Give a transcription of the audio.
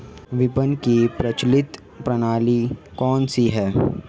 विपणन की प्रचलित प्रणाली कौनसी है?